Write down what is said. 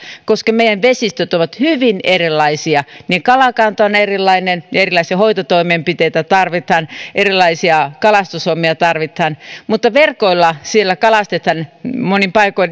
koska meidän vesistömme ovat hyvin erilaisia niiden kalakanta on erilainen erilaisia hoitotoimenpiteitä tarvitaan erilaisia kalastushommia tarvitaan mutta verkoilla siellä kalastetaan monin paikoin